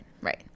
right